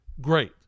Great